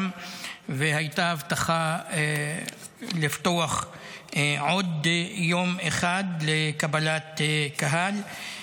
והייתה הבטחה לפתוח עוד יום אחד לקבלת קהל.